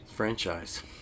Franchise